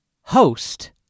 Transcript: host